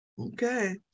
Okay